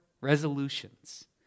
resolutions